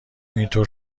اینطور